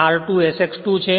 આ r2 SX2 છે